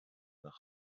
nach